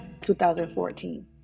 2014